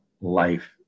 life